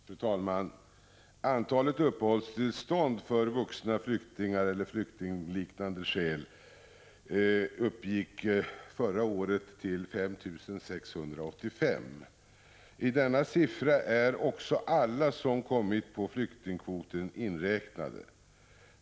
Fru talman! Antalet uppehållstillstånd för vuxna på flyktingeller flyktingliknande skäl uppgick förra året till 5 685. I denna siffra är också alla som kommit på flyktingkvoten inräknade.